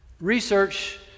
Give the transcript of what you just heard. research